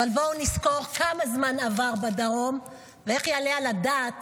אבל בואו נזכור כמה זמן עבר בדרום ואיך יעלה על הדעת